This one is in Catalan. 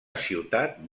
ciutat